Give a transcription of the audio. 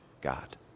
God